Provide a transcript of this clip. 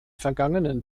vergangenen